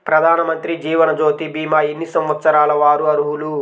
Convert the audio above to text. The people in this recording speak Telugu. ప్రధానమంత్రి జీవనజ్యోతి భీమా ఎన్ని సంవత్సరాల వారు అర్హులు?